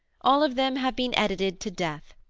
all of them have been edited to death,